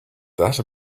that